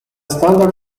standard